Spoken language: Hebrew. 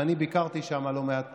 ואני ביקרתי שם לא מעט פעמים: